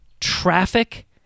Traffic